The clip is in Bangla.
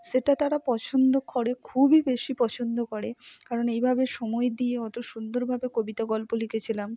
সেটা তারা পছন্দ করে খুবই বেশি পছন্দ করে কারণ এইভাবে সময় দিয়ে অত সুন্দরভাবে কবিতা গল্প লিখেছিলাম